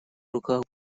руках